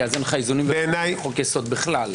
כי אז אין לך איזונים ובלמים לחוק-יסוד בכלל.